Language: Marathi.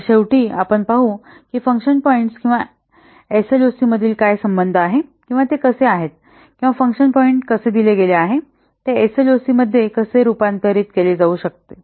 तर शेवटी आपण पाहू की फंक्शन पॉईंट्स किंवा एसएलओसी मधील काय संबंध आहे किंवा ते कसे आहे किंवा फंक्शन पॉईंट कसे दिले गेले आहे ते एसएलओसीमध्ये कसे रूपांतरित केले जाऊ शकते